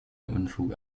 unfug